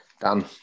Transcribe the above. Done